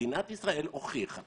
מדינת ישראל הוכיחה,